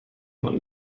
man